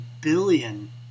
billion